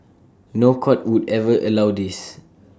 no court would ever allow this